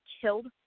killed